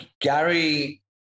gary